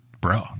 Bro